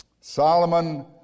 Solomon